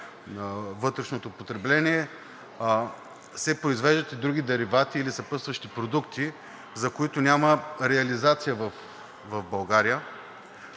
на вътрешното потребление, се произвеждат и други деривати или съпътстващи продукти, за които няма реализация в България.